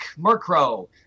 Murkrow